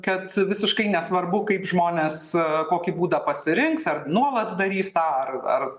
kad visiškai nesvarbu kaip žmonės kokį būdą pasirinks ar nuolat darys tą ar ar